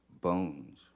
bones